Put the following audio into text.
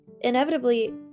inevitably